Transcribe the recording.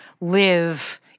live